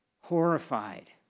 horrified